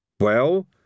Well